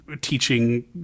teaching